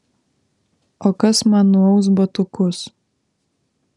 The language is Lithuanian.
o kas man nuaus batukus